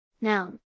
Noun